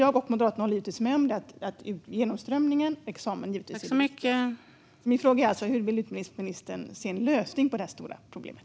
Jag och Moderaterna håller givetvis med om att genomströmningen och examen är det viktiga. Min fråga är vilken lösning utbildningsministern ser på det här stora problemet.